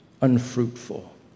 unfruitful